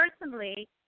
personally